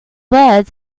words